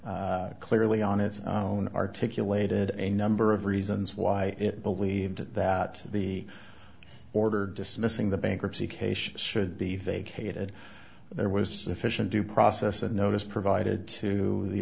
clearly on its own articulated a number of reasons why it believed that the order dismissing the bankruptcy case should be vacated there was efficient due process a notice provided to the